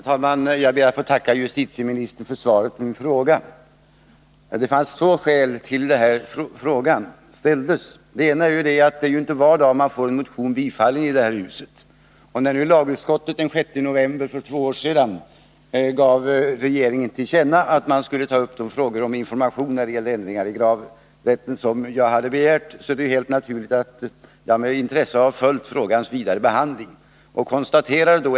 Herr talman! Jag ber att få tacka justitieministern för svaret på min fråga. Ett skäl till att frågan ställdes var att det inte är var dag man får en motion bifallen i det här huset. Och när nu lagutskottet den 6 november för två år sedan föreslog riksdagen ge regeringen till känna att man skulle ta upp frågan om information om ändringar på gravplatserna, vilket jag begärt, är det helt naturligt att jag med intresse följt frågans vidare behandling.